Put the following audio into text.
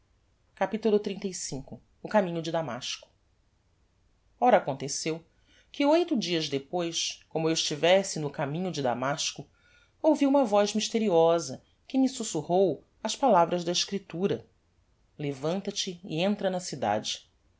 capitulo xxxv o caminho de damasco ora aconteceu que oito dias depois como eu estivesse no caminho de damasco ouvi uma voz misteriosa que me sussurrou as palavras da escriptura levanta-te e entra na cidade